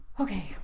okay